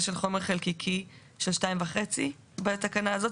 של חומר חלקיקי של 2.5 בתקנה הזאת?